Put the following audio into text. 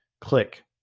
click